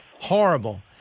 Horrible